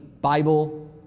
Bible